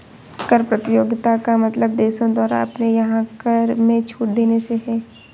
कर प्रतियोगिता का मतलब देशों द्वारा अपने यहाँ कर में छूट देने से है